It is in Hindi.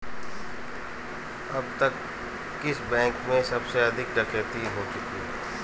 अब तक किस बैंक में सबसे अधिक डकैती हो चुकी है?